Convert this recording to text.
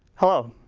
hello.